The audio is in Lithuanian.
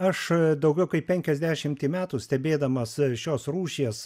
aš daugiau kaip penkiasdešimtį metų stebėdamas šios rūšies